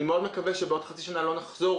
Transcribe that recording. אני מאוד מקווה שבעוד חצי שנה לא נחזור